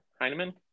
Heineman